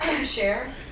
Share